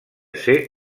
ser